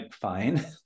fine